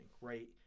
right